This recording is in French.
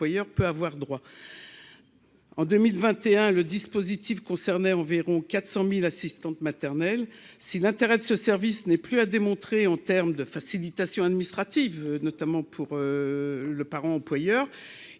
peut avoir droit en 2021, le dispositif concernait environ 400000 assistantes maternelles si l'intérêt de ce service n'est plus à démontrer, en terme de facilitations administratives, notamment pour le parent employeur,